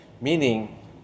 Meaning